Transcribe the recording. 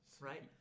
right